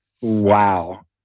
Wow